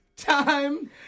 time